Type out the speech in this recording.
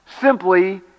simply